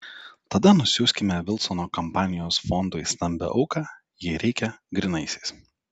tada nusiųskime vilsono kampanijos fondui stambią auką jei reikia grynaisiais